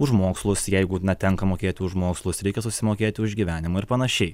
už mokslus jeigu tenka mokėti už mokslus reikia susimokėti už gyvenimą ir panašiai